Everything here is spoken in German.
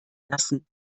lassen